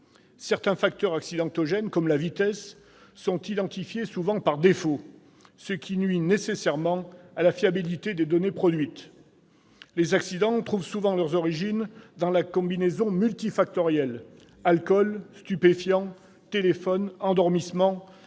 Certains facteurs accidentogènes, comme la vitesse, sont souvent identifiés par défaut, ce qui nuit nécessairement à la fiabilité des données produites. Les accidents trouvent souvent leurs origines dans une combinaison multifactorielle- alcool, stupéfiants, téléphone, endormissement